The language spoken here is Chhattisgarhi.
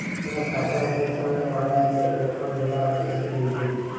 मोर खाता म पईसा आने वाला हे ओहा मोला कइसे मिलही?